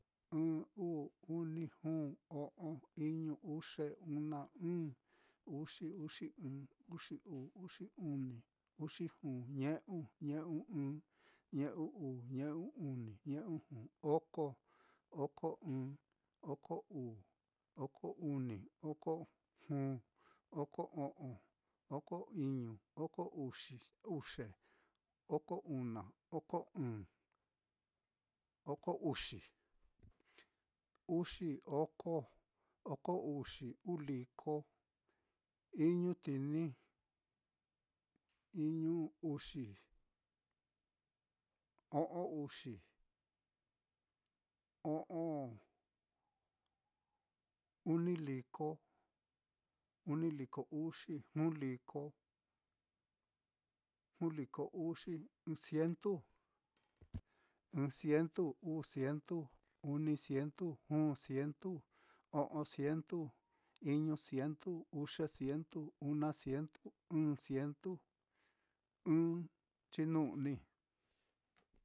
Ɨ́ɨ́n, uu, uni, juu, o'on, iñu, uxe, una, ɨ̄ɨ̱n, uxi, uxi ɨ́ɨ́n, uxi uu, uxi uni, uxi juu, ñe'u, ñe'u ɨ́ɨ́n, ñe'u uu, ñe'u uni, ñe'u juu, oko, oko ɨ́ɨ́n, oko uu, oko uni, oko juu, oko o'on, oko iñu, oko uxi uxe, oko una, oko ɨ̄ɨ̱n, oko uxi, uxi, oko, oko uxi, uu liko, iñu tini, iñu, uxi, o'o uxi, o'on uni liko, uni liko uxi, juu liko, juu liko uxi, ɨ́ɨ́n cientu, ɨ́ɨ́n cientu, uu cientu, uni cientu, juu cientu, o'on cientu, iñu cientu, uxe cientu, una cientu, ɨ̄ɨ̱n cientu, ɨ́ɨ́n chinu'ni.